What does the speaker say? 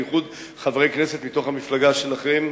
בייחוד חברי כנסת מתוך המפלגה שלכם,